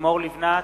לימור לבנת,